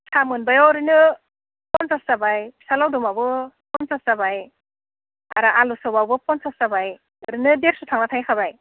साहा मोनबायाव ओरैनो पन्सास जाबाय फिथा लावदुमाबो पन्सास जाबाय आरो आलु सपआवबो पन्सास जाबाय ओरैनो देरस' थांना थाहैखाबाय